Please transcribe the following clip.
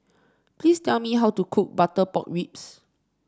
please tell me how to cook Butter Pork Ribs